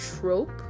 trope